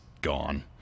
gone